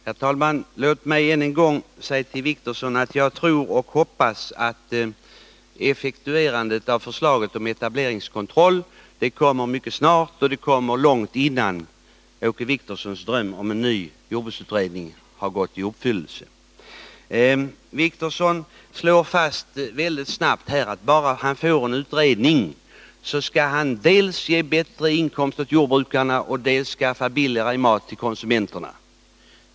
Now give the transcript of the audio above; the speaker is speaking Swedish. Herr talman! Låt mig än en gång säga till Åke Wictorsson att jag tror och hoppas att effektuerandet av förslaget om etableringskontroll kommer mycket snart och att det kommer långt innan Åke Wictorssons dröm om en ny jordbruksutredning har gått i uppfyllelse. Åke Wictorsson slår väldigt snabbt fast att bara han får en utredning, så skall han dels ge bättre inkomster åt jordbrukarna, dels skaffa billigare mat till konsumenterna.